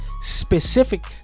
specific